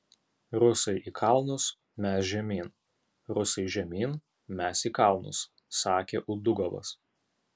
rusai į kalnus mes žemyn rusai žemyn mes į kalnus sakė udugovas